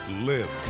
live